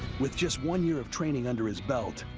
with just one year of training under his belt,